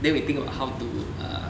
then we think about how to uh